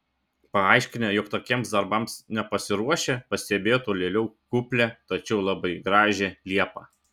paaiškinę jog tokiems darbams nepasiruošę pastebėjo tolėliau kuplią tačiau labai gražią liepą